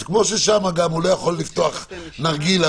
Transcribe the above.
כמו ששם הוא לא יכול לפתוח נרגילה